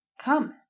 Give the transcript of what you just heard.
Come